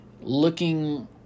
looking